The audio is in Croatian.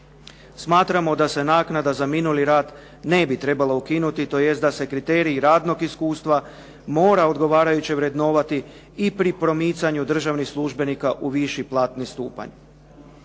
Smatramo da se naknada za minuli rad ne bi trebala ukinuti tj. da se kriteriji radnog iskustva mora odgovarajuće vrednovati i pri promicanju državnih službenika u viši platni stupanj.